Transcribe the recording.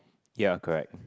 ya correct